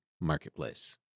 marketplace